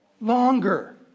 longer